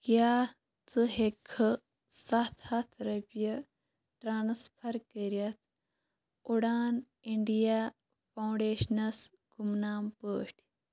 کیٛاہ ژٕ ہیٚکہِ کھہٕ سَتھ ہَتھ رۄپیہِ ٹرٛانسفَر کٔرِتھ اُڑان اِنڈیا فاوڈیشنَس گُمنام پٲٹھۍ